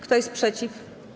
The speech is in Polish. Kto jest przeciw?